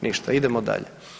Ništa, idemo dalje.